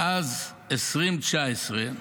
מאז 2019,